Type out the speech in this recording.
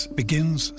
begins